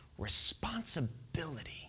responsibility